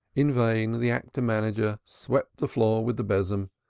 in vain the actor-manager swept the floor with the besom,